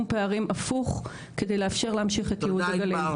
פערים הפוך כדי לאפשר להמשיך את ייעוד הגליל.